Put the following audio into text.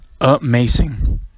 Amazing